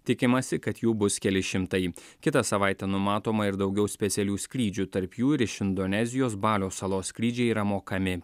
tikimasi kad jų bus keli šimtai kitą savaitę numatoma ir daugiau specialių skrydžių tarp jų ir iš indonezijos balio salos skrydžiai yra mokami